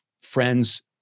friends